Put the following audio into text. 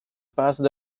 passed